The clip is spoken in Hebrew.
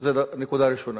זו נקודה ראשונה.